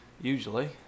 Usually